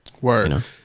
word